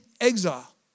exile